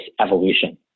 evolution